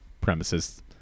premises